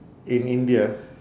in india